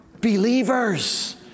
Believers